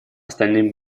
остальным